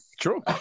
True